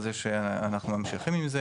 על זה שאנחנו ממשיכים את זה,